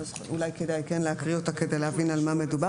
אולי כדאי להקריא אותה כדי להבין על מה מדובר.